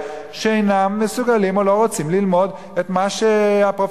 שאינם מסוגלים או לא רוצים ללמוד את מה שהפרופסורים